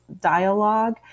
dialogue